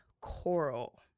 Coral